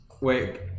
wait